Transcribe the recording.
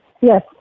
Yes